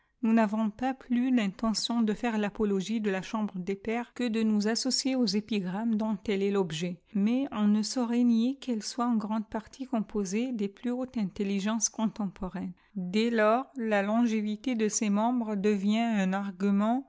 nous n'avons pas plus l'in tention de faire l'apologie de la chambre des pairs que de npus associer aux épigrammes dont elle est i objet mais on ne saurait nier qu'elle soit en grande partie composée des plus hautes intelligences contemporaines dès lors la longévité de ses membres devient un argument